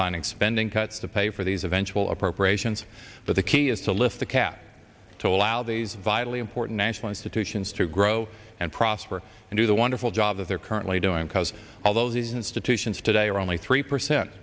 finding spending cuts to pay for these eventual appropriations but the key is to lift the cap to allow these vitally important national institutions to grow and prosper and do the wonderful job that they're currently doing because although these institutions today are only three percent